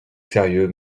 sérieux